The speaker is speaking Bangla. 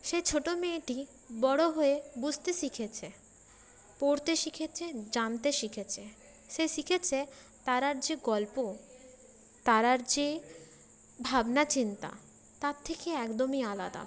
সে ছোটো মেয়েটি বড়ো হয়ে বুঝতে শিখেছে পড়তে শিখেছে জানতে শিখেছে সে শিখেছে তারার যে গল্প তারার যে ভাবনাচিন্তা তারথেকে একদমই আলাদা